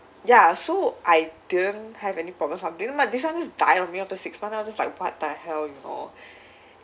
ya so I didn't have any problems ah but this one just died on me after six month I was just like what the hell you know